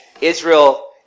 Israel